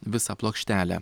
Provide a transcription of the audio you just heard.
visą plokštelę